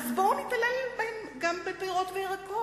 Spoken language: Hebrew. אז בואו נתעלל בהם גם בפירות וירקות.